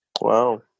Wow